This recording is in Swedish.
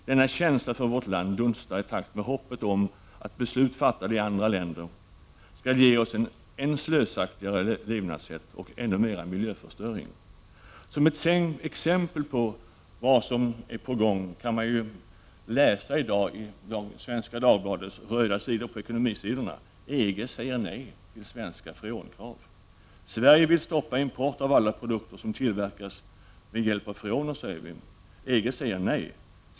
Denna känsla för landet dunstar i takt med hoppet om att beslut fattade i andra länder skall ge oss ett än slösaktigare levnadssätt och ännu mera miljöförstöring. Som ett exempel på vad som är på gång kan man läsa i dag i Svenska Dagbladets ekonomidel: "EG säger nej till svenska freonkrav. Sverige vill stoppa import av alla produkter, som tillverkats med hjälp av freoner. EG säger nej.